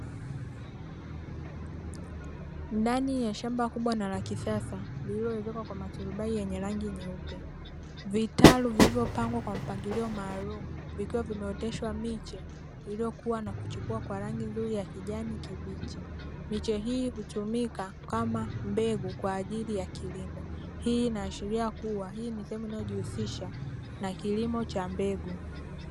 Ndani ya shamba kubwa na la kisasa, lililoezekwa kwa maturubai yenye rangi nyeupe, vitalu vilivyopangwa kwa mpangilio maalumu vikiwa vimeoteshwa miche iliyokuwa na kuchipua kwa rangi ya nzuri ya kijani kibichi, miche hii hutumika kama mbegu kwa ajili ya kilimo. Hii inaashiria, kuwa hii ni sehemu inayojihusisha na kilimo cha mbegu.